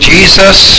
Jesus